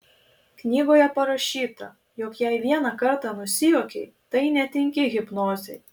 knygoje parašyta jog jei vieną kartą nusijuokei tai netinki hipnozei